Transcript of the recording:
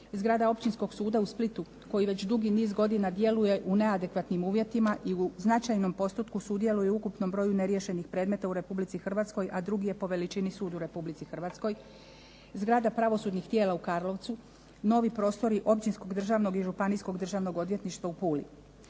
zgrada Općinskog suda u Splitu koji već dugi niz godina djeluje u neadekvatnim uvjetima i u značajnom postupku sudjeluju u ukupnom broju neriješenih predmeta u Republici Hrvatskoj a drugi je po veličini sud u Republici Hrvatskoj, zgrada pravosudnih tijela u Karlovcu, novi prostori općinskog, državnog i županijskog državnog odvjetništva u Puli.